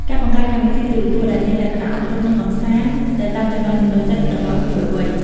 ការបង្កើតកម្មវិធីទូរទស្សន៍ដែលមានលក្ខណៈអប់រំនិងកម្សាន្តទៅតាមចំណង់ចំណូលចិត្តរបស់យុវវ័យ។